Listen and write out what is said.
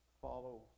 Follow